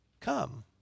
come